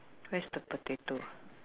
where's the potato